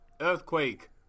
earthquake